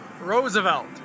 Roosevelt